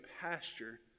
pasture